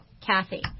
Kathy